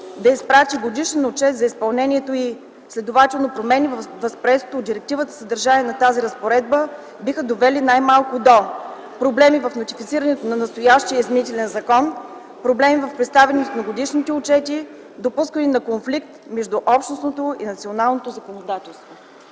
да изпрати годишен отчет за изпълнението й. Следователно промени във възприетото от директивата съдържание на тази разпоредба биха довели най-малко до проблеми в нотифицирането на настоящия закон, проблеми в представянето на годишните отчети, допускане на конфликт между общностното и националното законодателство.